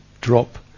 drop